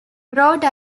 rhode